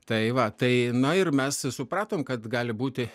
tai va tai na ir mes supratom kad gali būti